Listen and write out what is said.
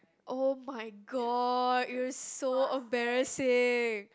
[oh]-my-god you're so embarrassing